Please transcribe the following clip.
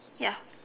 ya